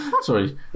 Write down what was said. Sorry